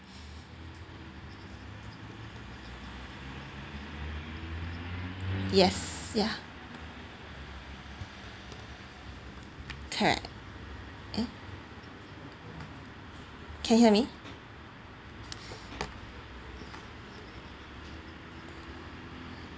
yes yeah can eh can you hear me